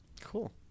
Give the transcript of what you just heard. Cool